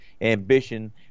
ambition